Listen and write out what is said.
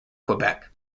quebec